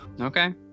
Okay